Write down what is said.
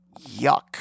Yuck